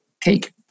cake